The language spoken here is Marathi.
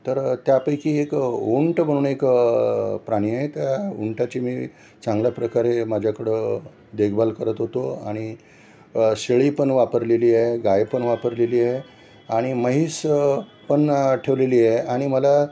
तर त्यापैकी एक उंट म्हणून एक प्राणी आहे त्या उंटाची मी चांगल्या प्रकारे माझ्याकडं देखभाल करत होतो आणि शेळी पण वापरलेली आहे गाय पण वापरलेली आहे आणि म्हैस पण ठेवलेली आहे आणि मला